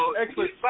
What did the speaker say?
Excellent